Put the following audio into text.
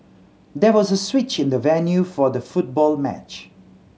there was a switch in the venue for the football match